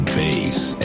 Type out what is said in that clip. bass